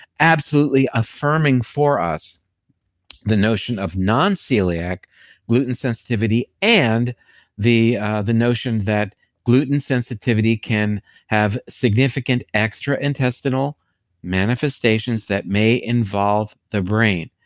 absolutely affirming for us the notion of non-celiac gluten sensitivity and the the notion that gluten sensitivity can have significant extra intestinal manifestations that may involve the brain.